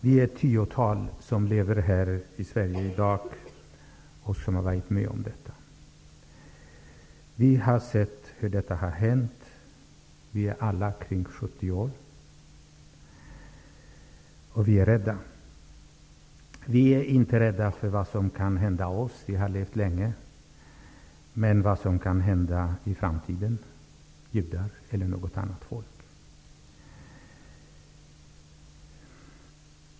Vi är ett tiotal människor som lever i Sverige i dag och som har varit med om Förintelsen. Vi har sett hur det hela har hänt. Vi är alla kring 70 år, och vi är rädda. Vi är inte rädda för vad som kan hända oss -- vi har ju levt så länge. Men vi är rädda för vad som i framtiden kan hända judar eller något annat folk.